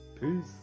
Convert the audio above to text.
peace